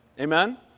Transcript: Amen